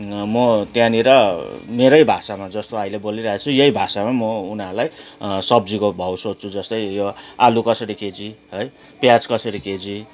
म त्यहाँनिर मेरै भाषामा जस्तो अहिले बोलिरहेको छु यही भाषामा म उनीहरूलाई सब्जीको भाउ सोध्छु जस्तै आलू कसरी केजी है प्याज कसरी केजी